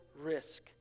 risk